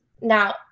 now